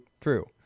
True